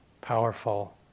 powerful